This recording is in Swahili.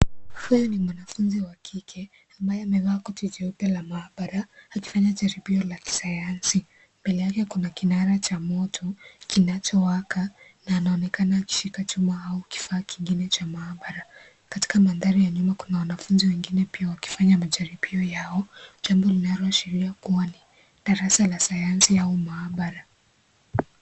Huyu ni mwanafunzi wa kike, ambaye amevaa koti jeupe la maabara, akifanya jaribio la kisayansi. Mbele yake kuna kinara cha moto, kinachowaka na anaonekana akishika chuma au kifaa kingine cha maabara. Katika mandhari ya nyuma kuna wanafunzi wengine pia wakifanya majaribio yao, jambo linaloashiria kuwa ni darasa la sayansi au maabara.